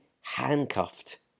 handcuffed